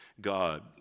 God